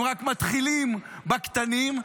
הם רק מתחילים בקטנים,